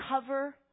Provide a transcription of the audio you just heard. cover